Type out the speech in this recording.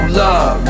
love